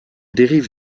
dérive